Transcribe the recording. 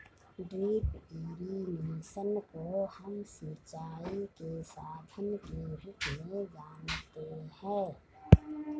drip irrigation को हम सिंचाई के साधन के रूप में जानते है